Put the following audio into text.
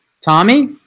Tommy